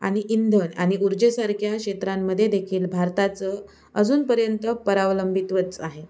आणि इंधन आणि उर्जेसारख्या क्षेत्रांमध्ये देखील भारताचं अजूनपर्यंत परावलंबित्वच आहे